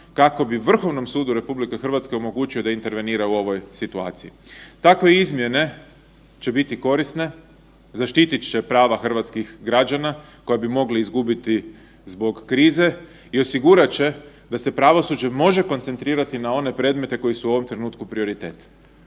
kako bi Vrhovnom sudu RH omogućio da intervenira u ovoj situaciji. Takve izmjene će biti korisne, zaštitit će prava hrvatskih građana koja bi mogla izgubiti zbog krize i osigurat će da se pravosuđe može koncentrirati na one predmete koji su u ovom trenutku prioritet.